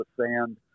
sand